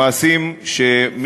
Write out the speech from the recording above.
הם מעשים שמי,